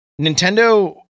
Nintendo